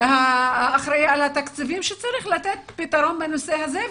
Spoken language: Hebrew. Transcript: האחראי על התקציבים שצריך לתת פתרון לנושא הזה,